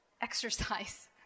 exercise